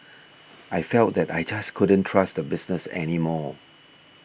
I felt that I just couldn't trust the business any more